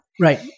Right